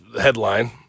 headline